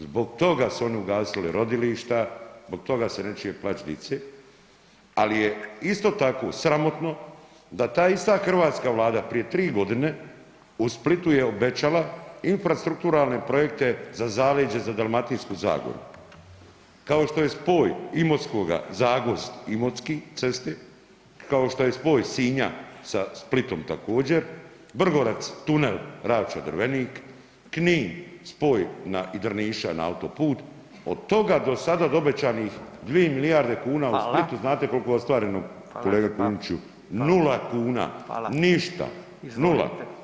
Zbog toga su oni ugasili rodilišta, zbog toga se ne čuje plač dice, ali je isto tako sramotno da ta ista hrvatska vlada prije 3.g. u Splitu je obećala infrastrukturne projekte za zaleđe za Dalmatinsku zagoru, kao što je spoj Imotskoga Zagvozd-Imotski ceste, kao što je spoj Sinja sa Splitom također, Vrgorac tunel Ravča-Drvenik, Knin spoj na i Drniša na autoput od toga do sada od obećanih 2 milijarde kuna u Splitu [[Upadica: Fala]] znate koliko je ostvareno kolega Kujundžiću, nula kuna, ništa, nula.